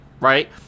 right